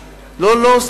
לא, לא.